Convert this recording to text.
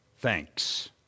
Thanks